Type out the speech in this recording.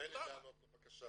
תן לי לענות לו בבקשה.